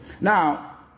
Now